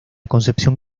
concepción